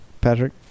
Patrick